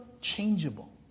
changeable